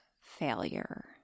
failure